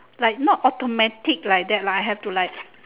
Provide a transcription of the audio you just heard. like not automatic like that lah I have to like